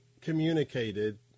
communicated